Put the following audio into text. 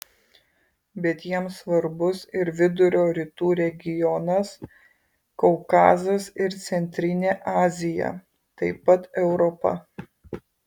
bet jiems svarbus ir vidurio rytų regionas kaukazas ir centrinė azija taip pat europa